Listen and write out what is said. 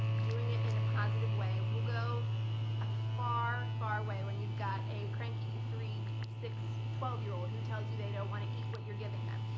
doing it in a positive way, will go a far far way when you've got a cranky three, six, twelve year old who tells you they don't want to eat what you're giving them.